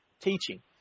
teaching